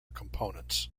components